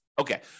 Okay